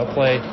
play